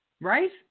Right